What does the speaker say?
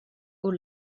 aux